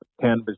canvas